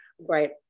Right